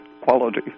quality